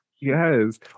Yes